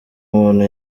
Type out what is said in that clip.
umuntu